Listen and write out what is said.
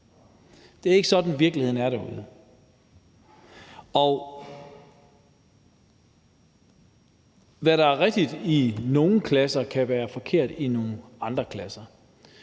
Det er ikke sådan, virkeligheden er derude. Hvad der er rigtigt i nogle klasser, kan være forkert i nogle andre klasser.